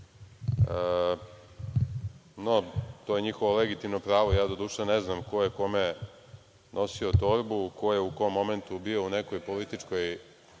No, to je njihovo legitimno pravo. Ja doduše ne znam ko je kome nosio torbu, ko je u kom momentu bio u nekoj političkoj